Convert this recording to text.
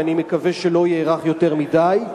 שאני מקווה שלא יארך יותר מדי,